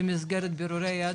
במסגרת בירורי יהדות?